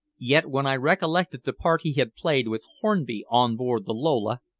yet when i recollected the part he had played with hornby on board the lola,